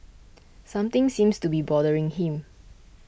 something seems to be bothering him